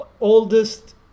oldest